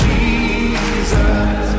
Jesus